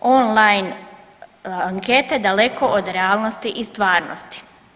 online ankete daleko od realnosti i stvarnosti.